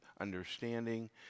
understanding